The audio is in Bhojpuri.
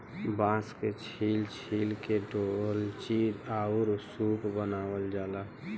बांस के छील छील के डोल्ची आउर सूप बनावल जाला